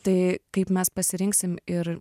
tai kaip mes pasirinksim ir